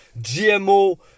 GMO